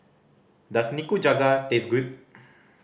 does Nikujaga taste good